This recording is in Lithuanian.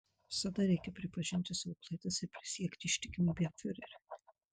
visada reikia pripažinti savo klaidas ir prisiekti ištikimybę fiureriui